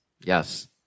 Yes